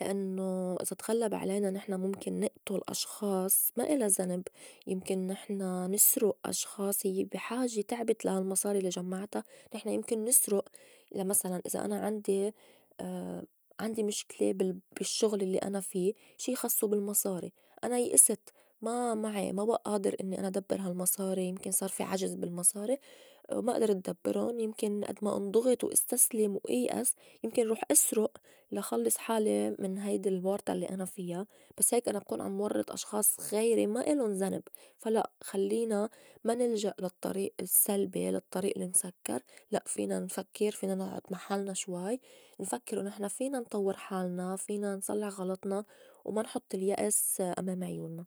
لأنّو إذا تغلّب علينا نحن مُمكن نئتُل أشخاص ما إلا زنِب يمكن نحن نسرُق أشخاص هيّ بي حاجة تعبت لا هالمصاري لا جمّعتا، نحن يمكن نسرُق لا مسلاً إذا أنا عندي- عندي مشكلة بال- بالشُّغل الّي أنا في شي خصّه بالمصاري أنا يأست ما معي ما بئ آدر إنّي أنا دبّر هالمصاري يمكن صار في عجز يالمصاري وما أدرت دبّرُن يمكن أد ما انضُغِط واستسلم وإيئس يمكن روح اسرق لا خلّص حالي من هيدي الورطا الّي أنا فيا بس هيك أنا بكون عم ورّط أشخاص غيري ما إلُن زنب، فا لأ خلّينا ما نلجأ للطّريق السّلبي للطّريق المسكّر لأ فينا نفكّر فينا نعُّد محلنا شوي نفكّر ونحن فينا نطوّر حالنا فينا نصلّح غلطنا وما نحُط اليأس أمام عيونّا.